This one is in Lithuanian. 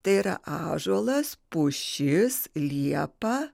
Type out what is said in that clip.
tai yra ąžuolas pušis liepa